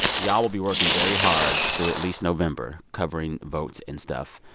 ya'll will be working very hard through at least november covering votes and stuff.